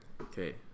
Okay